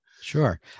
Sure